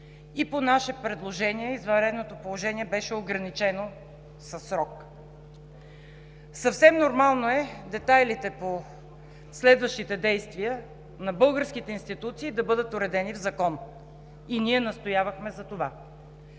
и по наше предложение извънредното положение беше ограничено със срок. Съвсем нормално е детайлите по следващите действия на българските институции да бъдат уредени в закон и ние настоявахме за това.